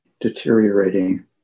deteriorating